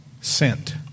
Sent